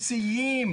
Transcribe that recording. כולם סייעו